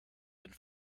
and